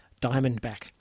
Diamondback